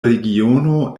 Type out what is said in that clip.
regiono